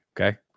okay